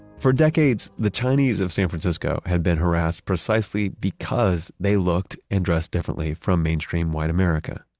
for decades, the chinese of san francisco had been harassed precisely because they looked and dressed differently from mainstream white america.